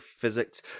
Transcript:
physics